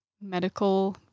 medical